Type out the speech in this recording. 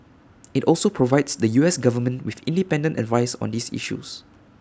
IT also provides the U S Government with independent advice on these issues